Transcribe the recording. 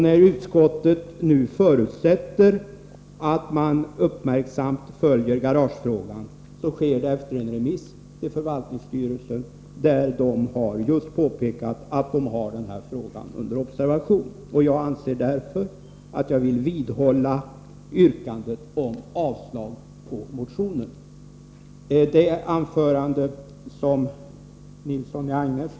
När utskottet nu förutsätter att man uppmärksamt följer garagefrågan, så sker det efter en remiss till förvaltningsstyrelsen, som därvid just har påpekat att man har denna fråga under observation. Jag vill därför vidhålla yrkandet om avslag på motionen.